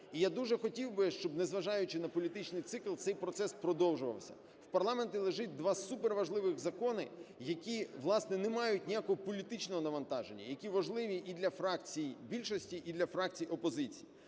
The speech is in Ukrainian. І я дуже хотів би, щоб, не зважаючи на політичний цикл, цей процес продовжувався. В парламенті лежить два суперважливих закони, які, власне, не мають ніякого політичного навантаження, які важливі і для фракцій більшості, і для фракцій опозиції.